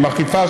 בעזרתם,